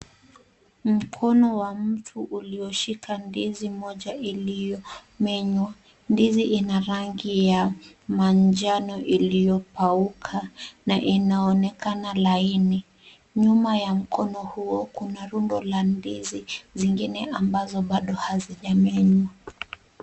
Mkono wa mtu ulioshika ndizi moja iliyomenywa. Ndizi ina rangi ya manjano iliyopauka, na inaonekana laini. Nyuma ya mkono huo kuna rundo la ndizi zingine ambazo bado hazijamenywa.